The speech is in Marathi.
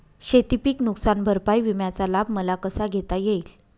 शेतीपीक नुकसान भरपाई विम्याचा लाभ मला कसा घेता येईल?